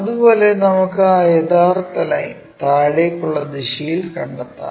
അതുപോലെ നമുക്ക് ആ യഥാർത്ഥ ലൈൻ താഴേക്കുള്ള ദിശയിൽ കണ്ടെത്താം